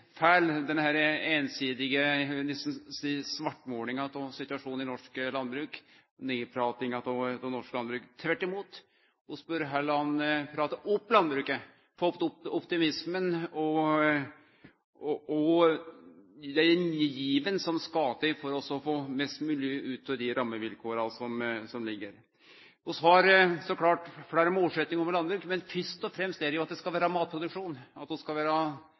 feil denne einsidige – eg vil nesten seie svartmålinga av situasjonen i norsk landbruk – nedpratinga av norsk landbruk. Tvert imot, vi bør heller prate opp landbruket, få opp optimismen og den given som skal til for å få mest mogleg ut av dei rammevilkåra som ligg der. Vi har så klart fleire målsetjingar for landbruket, men fyrst og fremst er det jo at det skal vere matproduksjon, at vi skal